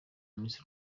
miss